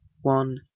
one